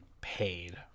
paid